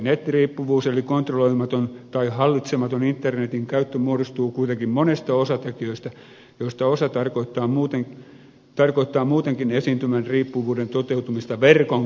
nettiriippuvuus eli kontrolloimaton tai hallitsematon internetin käyttö muodostuu kuitenkin monista osatekijöistä joista osa tarkoittaa muutenkin esiintyvän riippuvuuden toteutumista verkon keinoin